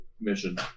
mission